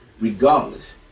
regardless